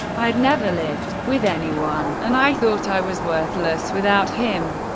i'd never lived with anyone and i thought i was worthless without him.